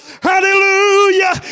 Hallelujah